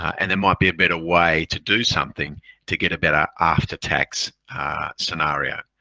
and there might be a better way to do something to get a better after-tax scenario.